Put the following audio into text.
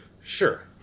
Sure